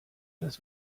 das